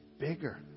bigger